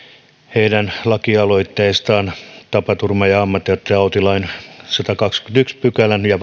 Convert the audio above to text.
heidän lakialoitteistaan tapaturma ja ammattitautilain sadannenkahdennenkymmenennenensimmäisen pykälän ja